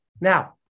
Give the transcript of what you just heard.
Now